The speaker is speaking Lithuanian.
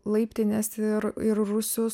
laiptines ir ir rūsius